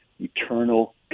eternal